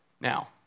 Now